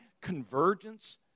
convergence